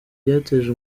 byateje